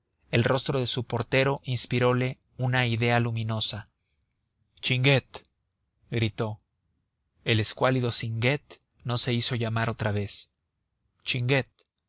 el rostro de su portero inspiróle una idea luminosa chinguet gritó el escuálido singuet no se hizo llamar otra vez chinguet